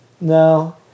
no